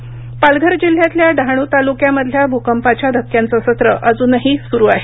भूकंप पालघर पालघर जिल्ह्यातल्या डहाणू तालुक्या मधल्या भूकपाच्या धक्क्यांचं सत्र अजूनही सुरु आहे